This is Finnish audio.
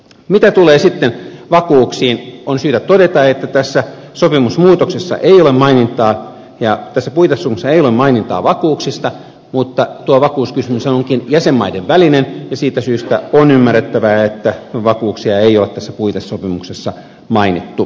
mitä tulee sitten vakuuksiin niin on syytä todeta että tässä suurin laitoksessa ei ole mainintaa ja pesäpuita puitesopimuksessa ei ole mainintaa vakuuksista mutta tuo vakuuskysymyshän onkin jäsenmaiden välinen ja siitä syystä on ymmärrettävää että vakuuksia ei ole tässä puitesopimuksessa mainittu